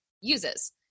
uses